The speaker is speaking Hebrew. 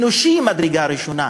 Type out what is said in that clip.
אנושי ממדרגה ראשונה.